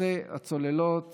נושא הצוללות